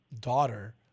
daughter